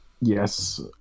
yes